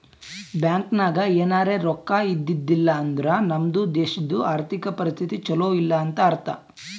bank ನಾಗ್ ಎನಾರೇ ರೊಕ್ಕಾ ಇದ್ದಿದ್ದಿಲ್ಲ ಅಂದುರ್ ನಮ್ದು ದೇಶದು ಆರ್ಥಿಕ್ ಪರಿಸ್ಥಿತಿ ಛಲೋ ಇಲ್ಲ ಅಂತ ಅರ್ಥ